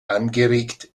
angeregt